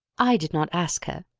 i did not ask her.